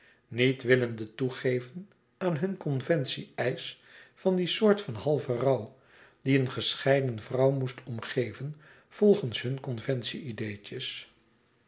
niet willende toegeven aan hun conventie eisch van die soort van halve rouw die een gescheiden vrouw moest omgeven volgens hunne